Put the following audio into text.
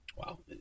wow